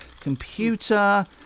computer